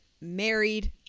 married